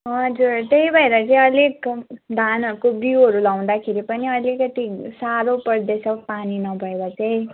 हजुर त्यही भएर चाहिँ अलिक धानहरूको बिउहरू लाउँदाखेरि पनि अलिकति साह्रो पर्दैछ पानी नभएर चाहिँ